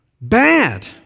Bad